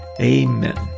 amen